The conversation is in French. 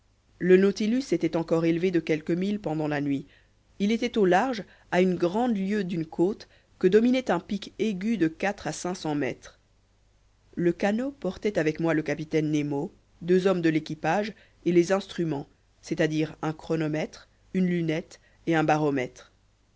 le nautilus s'était encore élevé de quelques milles pendant la nuit il était au large à une grande lieue d'une côte que dominait un pic aigu de quatre a cinq cents mètres le canot portait avec moi le capitaine nemo deux hommes de l'équipage et les instruments c'est-à-dire un chronomètre une lunette et un baromètre